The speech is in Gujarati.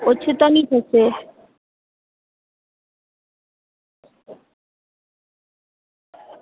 ઓછું તો નહીં થશે